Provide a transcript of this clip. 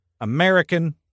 American